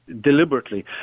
deliberately